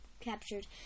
captured